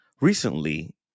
recently